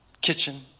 kitchen